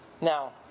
Now